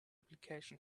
application